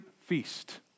feast